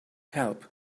help